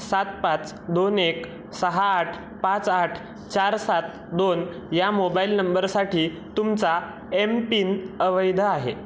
सात पाच दोन एक सहा आठ पाच आठ चार सात दोन या मोबाईल नंबरसाठी तुमचा एम पिन अवैध आहे